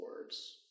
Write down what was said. words